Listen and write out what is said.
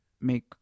make